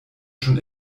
schon